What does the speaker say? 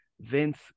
Vince